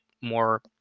more